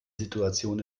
situation